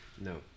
No